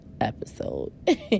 episode